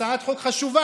הצעת חוק חשובה.